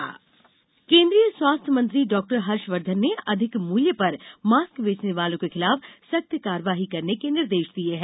हर्षवर्धन सख्त कार्यवाही केन्द्रीय स्वास्थ्य मंत्री डॉक्टर हर्षवधन ने अधिक मूल्य पर मॉक्स बेचने वालों के खिलाफ सख्त कार्यवाही करने के निर्देश दिये हैं